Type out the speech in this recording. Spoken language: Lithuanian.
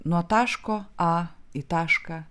nuo taško a į tašką